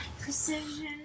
precision